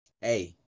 Hey